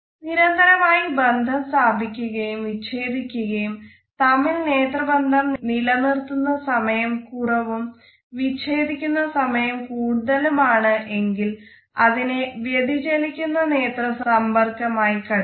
നിരന്തരമായി ബന്ധം സ്ഥാപിക്കുകയും വിച്ഛേദിക്കുകയും തമ്മിൽ നേത്ര ബന്ധം നിലനിർത്തുന്ന സമയം കുറവും വിച്ഛേദിക്കുന്ന സമയം കൂടുതലുമാണ് എങ്കിൽ അതിനെ വ്യതിചലിക്കുന്ന നേത്രസമ്പർക്കമായി കരുതാം